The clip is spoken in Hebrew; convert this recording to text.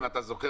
אם אתה זוכר,